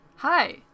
Hi